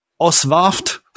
Oswaft